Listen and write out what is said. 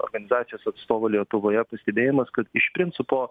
organizacijos atstovo lietuvoje pastebėjimas kad iš principo